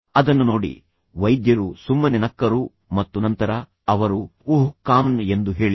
ಅದನ್ನು ನೋಡಿ ವೈದ್ಯರು ಸುಮ್ಮನೆ ನಕ್ಕರು ಮತ್ತು ನಂತರ ಅವರು ಓಹ್ ಕಾಮನ್ ಎಂದು ಹೇಳಿದನು